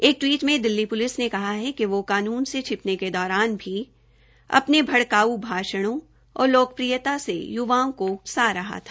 एक टवीट में दिल्ली पुलिस ने कहा कि वो कानून से छिपने के दौरान भी अपने भड़काऊ भाषणों और लोकप्रियता से युवाओं को उकसा रहा था